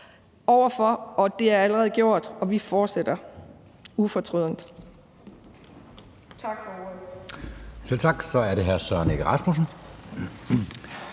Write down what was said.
over for, og det er allerede gjort, og vi fortsætter ufortrødent.